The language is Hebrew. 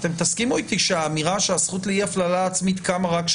אתם תסכימו איתי שהאמירה שהזכות לאי הפללה עצמית קמה רק כאשר